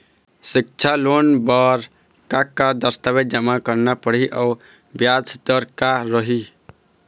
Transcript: सिक्छा लोन बार का का दस्तावेज जमा करना पढ़ही अउ ब्याज दर का रही?